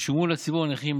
ישולמו לציבור הנכים,